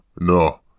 no